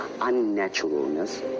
unnaturalness